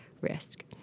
risk